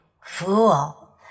Fool